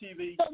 TV